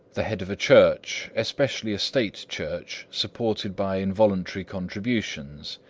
the head of a church, especially a state church supported by involuntary contributions.